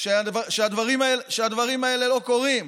הדברים האלה לא קורים.